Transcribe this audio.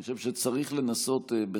אני חושב שצריך לנסות.